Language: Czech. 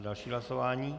Další hlasování.